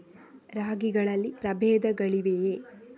ರಾಗಿಗಳಲ್ಲಿ ಪ್ರಬೇಧಗಳಿವೆಯೇ?